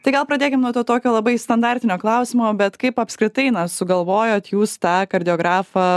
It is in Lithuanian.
tai gal pradėkim nuo to tokio labai standartinio klausimo bet kaip apskritai na sugalvojot jūs tą kardiografą